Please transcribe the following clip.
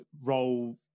role